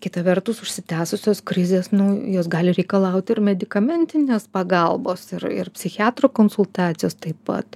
kita vertus užsitęsusios krizės nu jos gali reikalaut ir medikamentinės pagalbos ir ir psichiatro konsultacijos taip pat